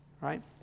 right